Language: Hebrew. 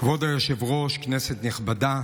כבוד היושב-ראש, כנסת נכבדה,